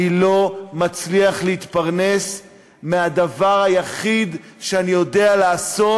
אני לא מצליח להתפרנס מהדבר היחיד שאני יודע לעשות,